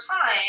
time